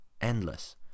endless